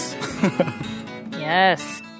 Yes